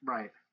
Right